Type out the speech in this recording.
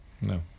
No